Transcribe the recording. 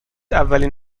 اولین